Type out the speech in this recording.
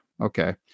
Okay